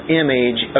image